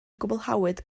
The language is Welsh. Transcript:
gwblhawyd